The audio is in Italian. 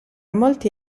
molti